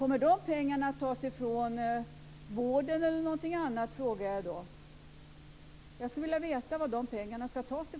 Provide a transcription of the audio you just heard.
Kommer de pengarna att tas från vården eller någonting annat, frågar jag. Jag skulle vilja veta varifrån de pengarna ska tas.